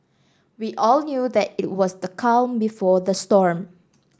we all knew that it was the calm before the storm